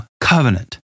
covenant